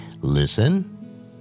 listen